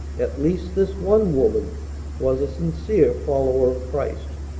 at least this one woman was a sincere follower of christ.